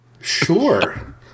Sure